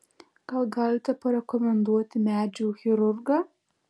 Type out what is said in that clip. gal galite parekomenduoti medžių chirurgą